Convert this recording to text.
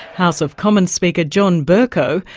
house of commons speaker john bercow,